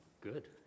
Good